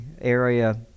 area